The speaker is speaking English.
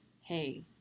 hey